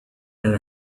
and